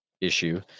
issue